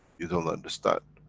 you don't understand